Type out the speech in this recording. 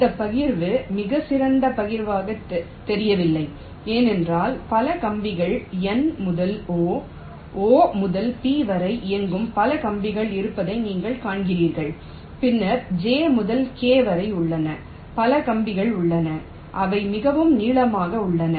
இந்த பகிர்வு மிகச் சிறந்த பகிர்வாகத் தெரியவில்லை ஏனென்றால் பல கம்பிகள் N முதல் O O முதல் P வரை இயங்கும் பல கம்பிகள் இருப்பதை நீங்கள் காண்கிறீர்கள் பின்னர் J முதல் K வரை உள்ளன பல கம்பிகள் உள்ளன அவை மிகவும் நீளமாக உள்ளன